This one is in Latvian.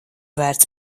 vērts